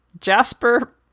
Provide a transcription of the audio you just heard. jasper